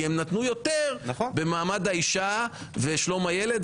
כי הם נתנו יותר במעמד האישה ושלום הילד,